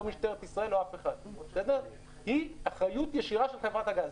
לא משטרת ישראל ולא אף אחד היא אחריות ישירה של חברת הגז.